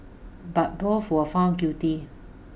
but both were found guilty